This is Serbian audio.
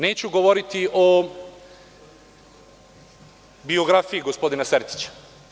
Neću govoriti o biografiji gospodina Sertića.